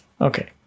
Okay